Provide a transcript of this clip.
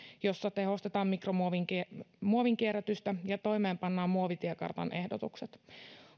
jossa tehostetaan muovinkierrätystä ja toimeenpannaan muovitiekartan ehdotukset